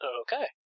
Okay